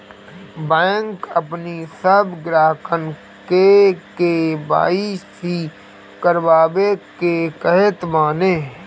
bank अपनी सब ग्राहकन के के.वाई.सी करवावे के कहत बाने